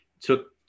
took